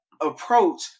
approach